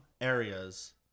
areas